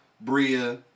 Bria